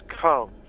come